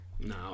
No